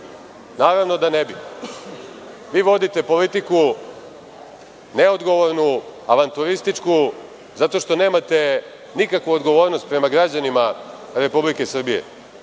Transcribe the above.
naravno da ne bi. Vi vodite politiku neodgovornu, avanturističku zato što nemate nikakvu odgovornost prema građanima Republike Srbije.